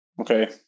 okay